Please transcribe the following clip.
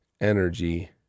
energy